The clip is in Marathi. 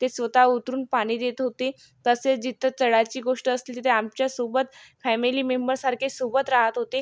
ते स्वतः उतरून पाणी देत होते तसेच जिथं चढायची गोष्ट असतील तिथे आमच्यासोबत फॅमिली मेंबरसारखे सोबत राहत होते